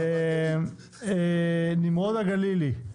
נמרוד הגלילי,